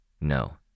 No